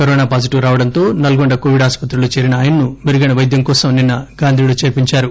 corona positive రావడంతో Nalgonda Covid ఆసుపత్రిలో చేరిన ఆయన్పు మెరుగైన వైద్యం కోసం నిన్న గాంధీలో చేర్పించారు